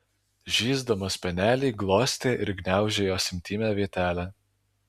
žįsdamas spenelį glostė ir gniaužė jos intymią vietelę